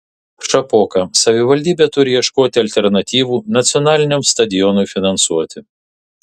šapoka savivaldybė turi ieškoti alternatyvų nacionaliniam stadionui finansuoti